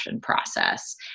process